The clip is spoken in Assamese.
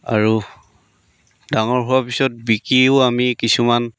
আৰু ডাঙৰ হোৱাৰ পিছত বিকিও আমি কিছুমান